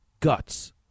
guts